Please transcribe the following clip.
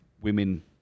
Women